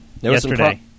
Yesterday